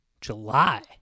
July